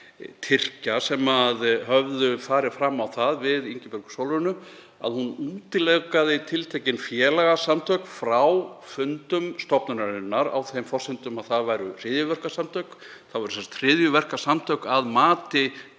Tyrkja sem höfðu farið fram á það við Ingibjörgu Sólrúnu að hún útilokaði tiltekin félagasamtök frá fundum stofnunarinnar á þeim forsendum að það væru hryðjuverkasamtök. Það voru sem sagt hryðjuverkasamtök að mati